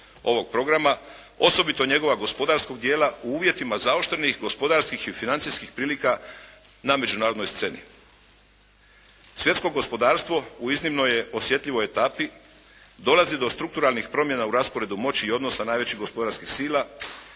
u uvjetima zaoštrenih gospodarskih i financijskih prilika na međunarodnoj sceni. Svjetsko gospodarstvo u iznimno je osjetljivoj etapi, dolazi do strukturalnih promjena u rasporedu moći i odnosa najvećih gospodarskih sila,